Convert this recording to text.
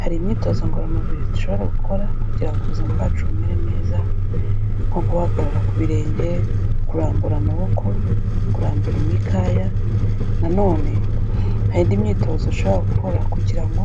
Hari imyitozo ngoromubiri dushobora gukora kugira ngo ubuzima bwacu bumere neza nko guhagarara ku birenge, kurambura amaboko, kurambura imikaya nanone hari indi myitozo ushobora gukora kugira ngo